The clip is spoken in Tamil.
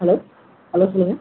ஹலோ ஹலோ சொல்லுங்கள்